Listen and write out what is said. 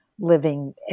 living